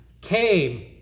came